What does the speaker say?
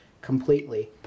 completely